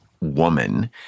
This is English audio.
woman